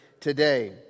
Today